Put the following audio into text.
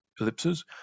ellipses